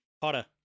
Potter